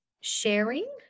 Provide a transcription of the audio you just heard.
sharing